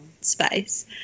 space